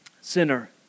Sinner